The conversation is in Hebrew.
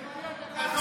לפי התקנון,